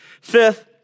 Fifth